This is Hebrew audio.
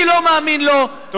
אני לא מאמין לו, תודה.